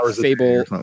Fable